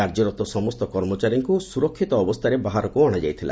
କାର୍ଯ୍ୟରତ ସମସ୍ତ କର୍ମଚାରୀଙ୍କୁ ସୁରକ୍ଷିତ ଅବସ୍ଚାରେ ବାହାରକୁ ଅଶାଯାଇଥିଲା